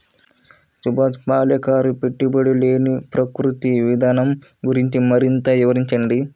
సుభాష్ పాలేకర్ పెట్టుబడి లేని ప్రకృతి విధానం గురించి మరింత వివరించండి